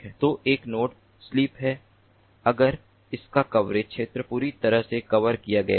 तो एक node sleep है अगर इसका कवरेज क्षेत्र पूरी तरह से कवर किया गया है